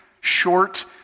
short